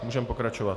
Můžeme pokračovat.